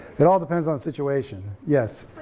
it all depends on situation, yes?